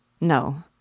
No